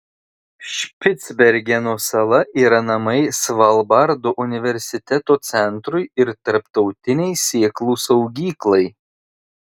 špicbergeno sala yra namai svalbardo universiteto centrui ir tarptautinei sėklų saugyklai